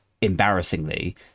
embarrassingly